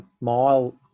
mile